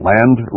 Land